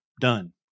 Done